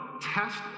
test